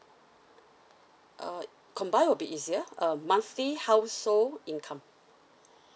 uh combine would be easier uh monthly household income